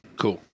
cool